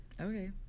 Okay